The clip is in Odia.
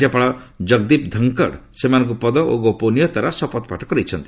ରାଜ୍ୟପାଳ ଜଗଦୀପ ଧନ୍କଡ଼ ସେମାନଙ୍କୁ ପଦ ଓ ଗୋପନୀୟତାର ଶପଥପାଠ କରାଇଛନ୍ତି